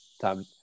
Time